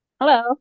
Hello